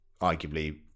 arguably